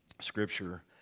scripture